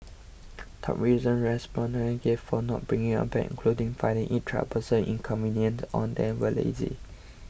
top reasons respondents gave for not bringing a bag included finding it troublesome inconvenient on they were lazy